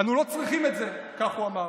אנו לא צריכים את זה", כך הוא אמר.